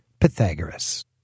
Pythagoras